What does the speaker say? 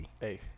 Hey